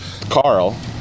Carl